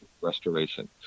restoration